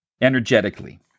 energetically